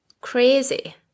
Crazy